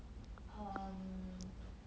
um